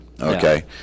Okay